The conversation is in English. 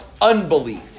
unbelief